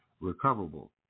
recoverable